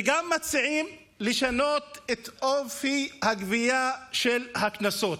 וגם מציעים לשנות את אופי הגבייה של הקנסות.